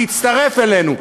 תצטרף אלינו,